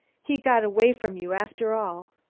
he got away from you, after all.